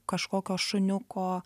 kažkokio šuniuko